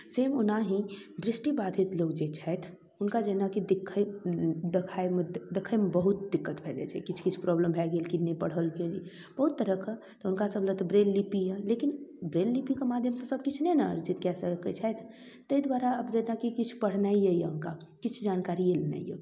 सेम ओनाहि दृष्टिबाधित लोक जे छथि हुनका जेनाकि देखै देखाइमे देखैमे बहुत दिक्कत भऽ जाइ छै किछु किछु प्रॉब्लम भऽ गेल कि नहि पढ़ल भेल बहुत तरहके तऽ हुनकासभलए तऽ ब्रेल लिपि अइ लेकिन ब्रेल लिपिके माध्यमसँ सबकिछु नहि ने अर्जित कऽ सकै छथि ताहि दुआरे कि आब जेना किछु पढ़नाइए अइ किछु जानकारिए लेनाइ अइ